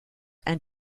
and